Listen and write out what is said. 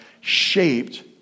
shaped